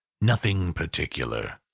nothing particular,